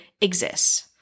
exists